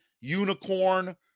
unicorn